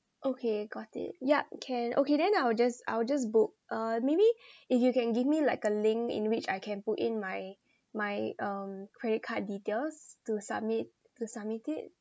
okay got it yup can okay then I will just I will just book uh maybe if you can give me like a link in which I can put in my my um credit card details to submit to submit it